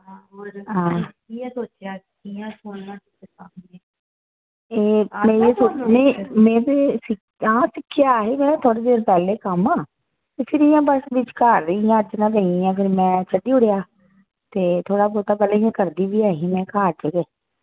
हां ए मैं एह् सोच नेईं मैं ते सिक्ख आं सिक्खेआ ही मैं थोह्ड़े देर पैह्ले कम्म ते फिर इ'य्यां बस बिच घर रेहियां अड़चनां पेइयां फिर मैं छड्डी ओड़ेआ ते थोह्ड़ा बोह्ता पैह्ले इ'य्यां करदी बी ऐ ही मैं घर च गै